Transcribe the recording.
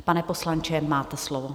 Pana poslanče, máte slovo.